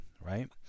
right